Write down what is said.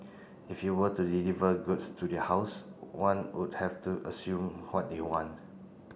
if you were to deliver goods to their house one would have to assume what they want